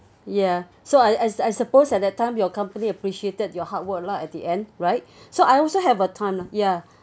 ya so I I I suppose at that time your company appreciated your hard work lah at the end right so I also have a time lah ya